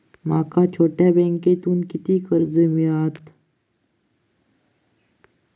माका छोट्या बँकेतून किती कर्ज मिळात?